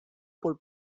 por